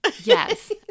Yes